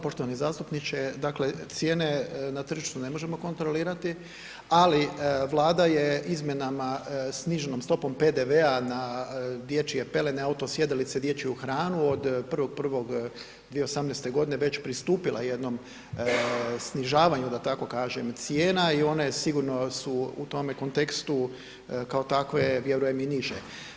Poštovani zastupniče, dakle cijene na tržištu ne možemo kontrolirati ali Vlada je izmjenama sniženom stopom PDV-a na dječje pelene, auto sjedalice i dječju hranu, od 1.1.2018. već pristupila jednom snižavanju da tako kažem cijena i one sigurno su u tom kontekstu kao takve vjerujem i niže.